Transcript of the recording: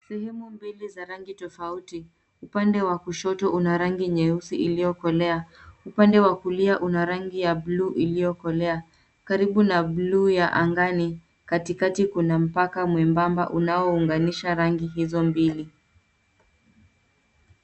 Sehemu mbili za rangi tofauti. Upande wa kushoto una rangi nyeusi iliyokolea. Upande wa kulia una rangi ya bluu iliyokolea. Karibu na bluu ya angani, katikati kuna mpaka mwembamba unaounganisha rangi hizo mbili.